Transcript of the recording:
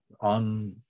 On